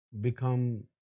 become